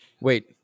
wait